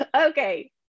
Okay